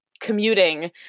commuting